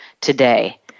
today